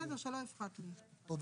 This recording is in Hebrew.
שלא יפחת מ...